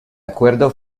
acuerdo